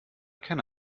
kenne